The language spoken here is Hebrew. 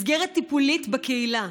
מסגרת טיפולית בקהילה,